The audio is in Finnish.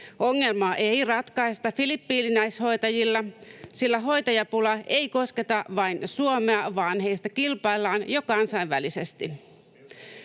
Ongelmaa ei ratkaista filippiiniläishoitajilla, sillä hoitajapula ei kosketa vain Suomea, vaan heistä kilpaillaan jo kansainvälisesti.